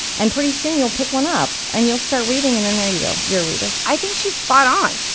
and pretty soon you'll pick one up and you'll start reading. and then there you go, you're a reader i think she's spot on.